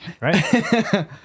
Right